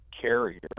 carrier